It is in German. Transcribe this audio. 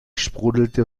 sprudelte